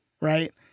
right